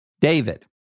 David